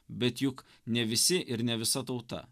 bet juk ne visi ir ne visa tauta